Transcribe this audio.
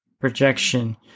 projection